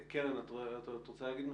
קרן, את רוצה לומר משהו?